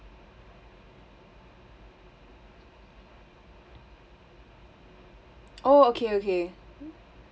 oh okay okay